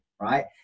right